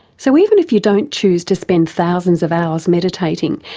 so even if you don't choose to spend thousands of hours meditating,